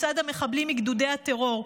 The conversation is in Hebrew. לצד המחבלים מגדודי הטרור.